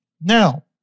Now